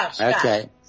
Okay